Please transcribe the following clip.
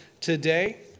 today